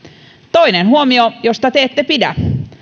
toinen huomio josta te ette pidä